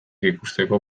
ikusteko